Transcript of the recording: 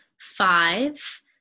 five